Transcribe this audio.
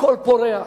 הכול פורח.